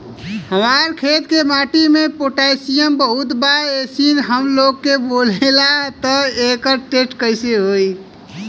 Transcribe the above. हमार खेत के माटी मे पोटासियम बहुत बा ऐसन सबलोग बोलेला त एकर टेस्ट कैसे होई?